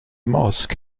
mosque